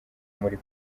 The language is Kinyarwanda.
muri